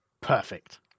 Perfect